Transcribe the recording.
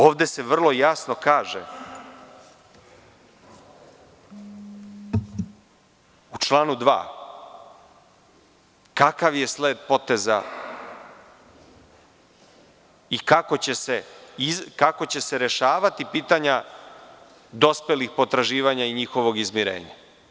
Ovde se vrlo jasno kaže – u članu 2. kakav je slet poteza i kako će se rešavati pitanja dospelih potraživanja i njihovog izmirenja.